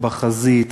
בחזית,